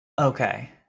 Okay